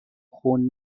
خون